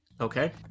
Okay